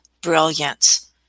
brilliance